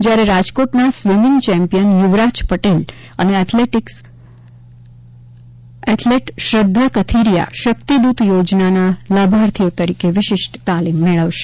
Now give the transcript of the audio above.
જ્યારે રાજકોટના swimming champion Yuvraj Patel અને એથ્લેટીક્સ શ્રદ્ધા કથિરિયા શક્તિદૂત યોજનાના લાભાર્થીઓ તરીકે વિશિષ્ટ તાલિમ મેળવશે